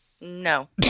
No